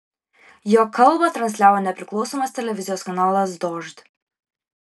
jo kalbą transliavo nepriklausomas televizijos kanalas dožd